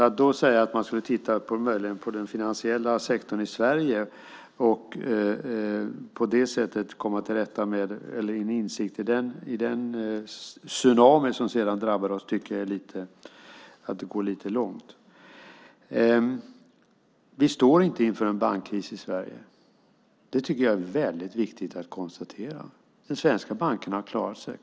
Att utifrån det titta på den finansiella sektorn i Sverige och komma till insikt i den tsunami som sedan drabbade oss är att gå lite långt, tycker jag. Vi står inte inför en bankkris i Sverige. Det är viktigt att konstatera. De svenska bankerna har klarat sig.